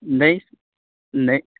نہیں نہیں